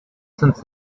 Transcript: since